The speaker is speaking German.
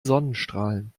sonnenstrahlen